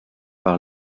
par